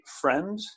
friend